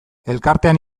elkartean